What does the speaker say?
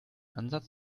ansatz